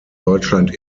deutschland